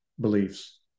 beliefs